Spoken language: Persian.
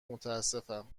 متاسفم